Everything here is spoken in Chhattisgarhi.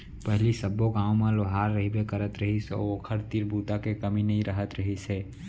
पहिली सब्बो गाँव म लोहार रहिबे करत रहिस हे अउ ओखर तीर बूता के कमी नइ रहत रहिस हे